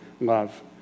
love